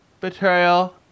betrayal